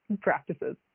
practices